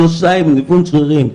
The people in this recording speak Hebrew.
שלושה עם ניוון שרירים,